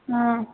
हँ